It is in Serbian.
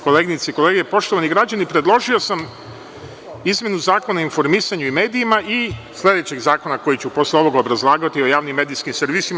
Koleginice i kolege, poštovani građani, predložio sam izmenu Zakona o informisanju i medijima i sledećeg zakona koji ću posle ovog obrazlagati, o javnim medijskim servisima.